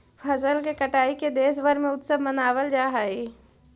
फसल के कटाई के देशभर में उत्सव मनावल जा हइ